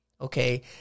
okay